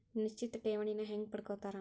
ನಿಶ್ಚಿತ್ ಠೇವಣಿನ ಹೆಂಗ ಪಡ್ಕೋತಾರ